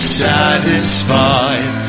satisfied